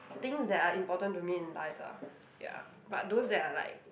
things that are important to me in life lah ya but those that are like